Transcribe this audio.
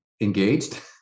engaged